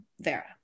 Vera